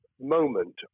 moment